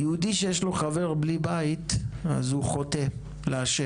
יהודי שיש לו חבר בלי בית, אז הוא חוטא לה',